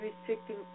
restricting